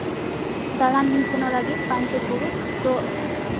ᱫᱟᱬᱟᱱᱞᱤᱧ ᱥᱮᱱᱚᱜ ᱞᱟᱹᱜᱤᱫ ᱯᱟᱧᱪᱮᱛ ᱵᱩᱨᱩ ᱛᱚ